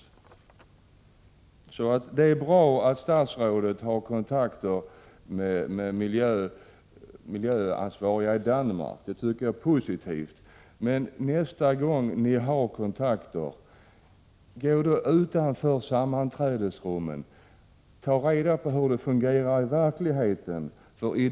Det är positivt och bra att statsrådet har kontakter med miljöansvariga i Danmark, men nästa gång ni har kontakt, gå då utanför sammanträdesrummen och ta reda på hur det fungerar i verkligheten!